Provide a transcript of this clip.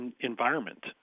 environment